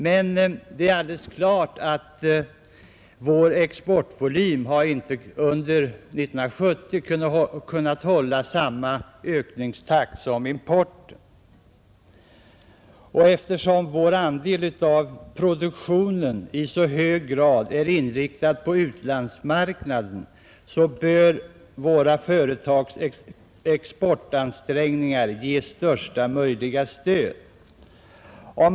Men det är alldeles klart att vår exportvolym under 1970 inte har kunnat hålla samma ökningstakt som importen. Eftersom en stor del av vår produktion i så hög grad är inriktad på utlandsmarknaden, bör våra företags exportansträngningar ges största möjliga stöd.